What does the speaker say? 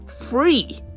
free